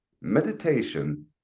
meditation